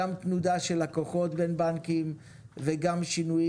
גם תנודה של לקוחות בין בנקים וגם שינויים